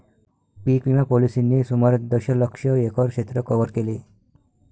पीक विमा पॉलिसींनी सुमारे दशलक्ष एकर क्षेत्र कव्हर केले